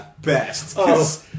best